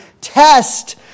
test